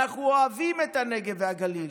אנחנו אוהבים את הנגב והגליל.